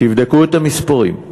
תבדקו את המספרים.